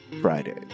Friday